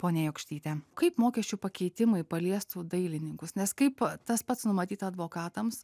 ponia jokštytė kaip mokesčių pakeitimai paliestų dailininkus nes kaip tas pats numatyta advokatams